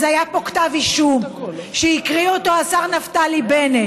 אז היה פה כתב אישום שהקריא השר נפתלי בנט,